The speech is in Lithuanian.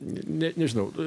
ne ne nežinau